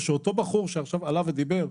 ושאותו בחור שעכשיו עלה ודיבר,